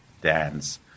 dance